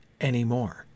anymore